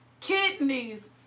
kidneys